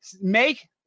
make